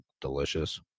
delicious